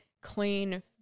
clean